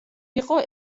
იყო